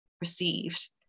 received